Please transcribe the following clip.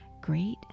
great